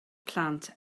plant